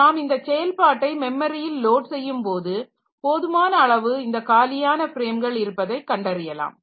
நாம் இந்த செயல்பாட்டை மெமரியில் லோட் செய்யும்போது போதுமான அளவு இந்த காலியான ஃப்ரேம்கள் இருப்பதை கண்டறியலாம்